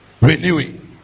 Renewing